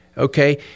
Okay